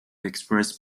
express